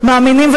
מאמינים,